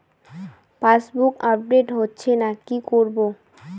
Passbook update হচ্ছেনা কি করবো?